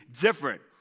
different